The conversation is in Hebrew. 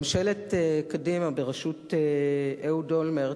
ממשלת קדימה בראשות אהוד אולמרט,